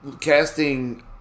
casting